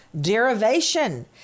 derivation